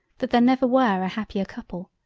that there never were a happier couple,